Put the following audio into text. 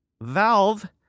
Valve